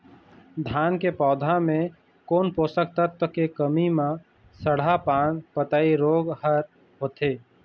धान के पौधा मे कोन पोषक तत्व के कमी म सड़हा पान पतई रोग हर होथे?